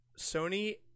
sony